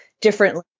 differently